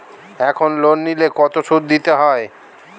এখন লোন নিলে কত সুদ দিতে হয়?